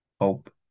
hope